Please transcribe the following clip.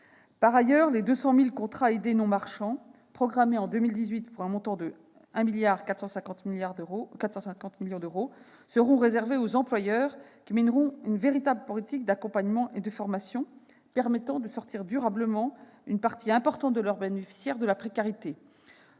Par ailleurs, les 200 000 contrats aidés non marchands programmés pour 2018 pour un montant de 1,45 milliard d'euros seront réservés aux employeurs qui mèneront une véritable politique d'accompagnement et de formation, permettant de sortir durablement une partie importante de leurs bénéficiaires de la précarité.